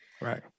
Right